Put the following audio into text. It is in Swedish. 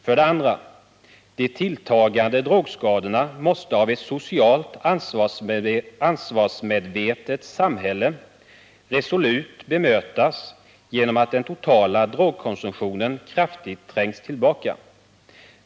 För det andra: De tilltagande drogskadorna måste av ett socialt ansvarsmedvetet samhälle resolut bemötas genom att den totala drogkonsumtionen kraftigt trängs tillbaka.